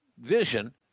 vision